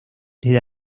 desde